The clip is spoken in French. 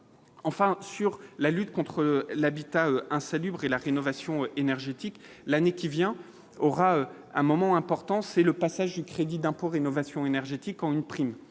Enfin, sur la lutte contre l'habitat insalubre et la rénovation énergétique l'année qui vient, or, à un moment important, c'est le passage du crédit d'impôt rénovation énergétique ont une prime,